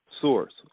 source